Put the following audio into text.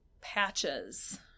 patches